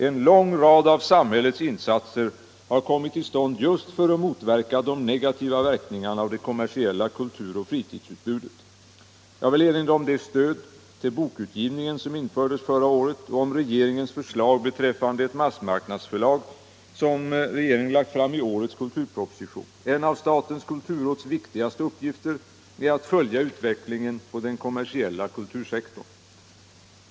En lång rad av samhällets insatser har kommit till stånd just för att motverka de negativa verkningarna av det kommersiella kulturoch fritidsutbudet. Jag vill erinra om det stöd till bokutgivningen som infördes förra året och om regeringens förslag beträffande ett massmarknadsförlag som regeringen lade fram i årets kulturproposition. En av statens kulturråds viktigaste uppgifter är att följa utvecklingen på den kommersiella kultursektorn.